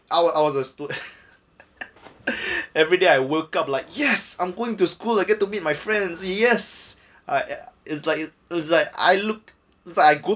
I was I was every day I woke up like yes I'm going to school I get to meet my friends ah yes I eh is like is like I looked is like I go